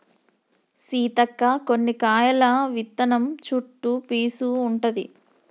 సీతక్క కొన్ని కాయల విత్తనం చుట్టు పీసు ఉంటది